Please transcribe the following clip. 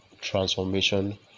transformation